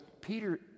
Peter